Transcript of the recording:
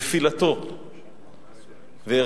נפילתו של יוסף טרומפלדור בתל-חי,